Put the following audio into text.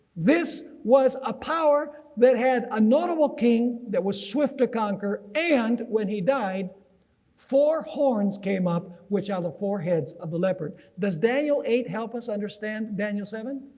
this was a power that had a notable king that was swift to conquer and when he died four horns came up which are the four heads of the leopard does daniel eight help us understand daniel seven?